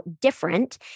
different